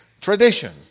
Tradition